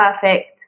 Perfect